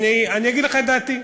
אגיד לך את דעתי.